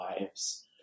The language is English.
lives